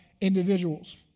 individuals